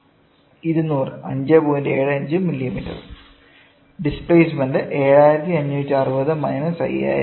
75 mm displacement 7560 500020012